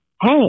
hey